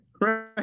right